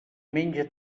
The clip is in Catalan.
menja